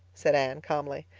said anne calmly.